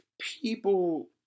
People